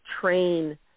train